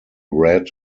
read